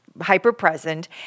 hyper-present